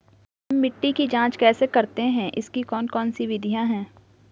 हम मिट्टी की जांच कैसे करते हैं इसकी कौन कौन सी विधियाँ है?